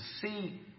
see